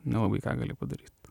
nelabai ką gali padaryt